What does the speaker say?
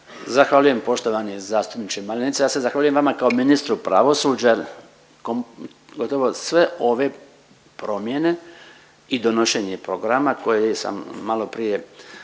Zahvaljujem poštovani zastupniče Malenica. Ja se zahvaljujem vama kao ministru pravosuđa, gotovo sve ove promjene i donošenje programa koje sam maloprije